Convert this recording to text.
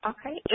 Okay